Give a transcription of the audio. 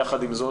יחד עם זאת